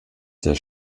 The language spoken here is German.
der